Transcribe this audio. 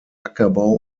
ackerbau